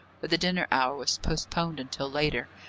for the dinner hour was postponed until later,